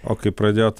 o kai pradėjot